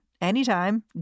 anytime